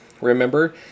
Remember